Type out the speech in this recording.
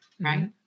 right